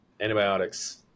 antibiotics